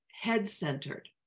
head-centered